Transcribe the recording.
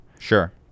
sure